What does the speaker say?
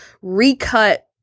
recut